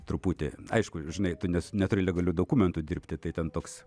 truputį aišku žinai tu ne neturi legalių dokumentų dirbti tai ten toks